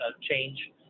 change